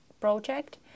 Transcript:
project